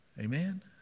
Amen